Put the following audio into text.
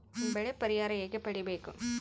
ಬೆಳೆ ಪರಿಹಾರ ಹೇಗೆ ಪಡಿಬೇಕು?